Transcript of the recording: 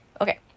Okay